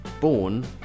born